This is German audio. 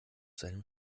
seinem